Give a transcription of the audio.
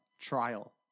Trial